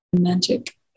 magic